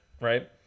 right